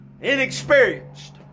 inexperienced